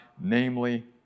namely